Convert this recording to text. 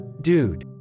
Dude